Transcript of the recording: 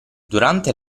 durante